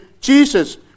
Jesus